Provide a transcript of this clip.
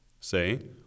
Say